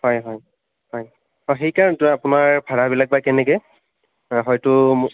হয় হয় হয় অ সেইকাৰণেতো আপোনাৰ ভাড়াবিলাক বা কেনেকৈ হয়তো